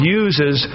uses